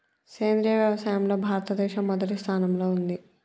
సేంద్రియ వ్యవసాయంలో భారతదేశం మొదటి స్థానంలో ఉంది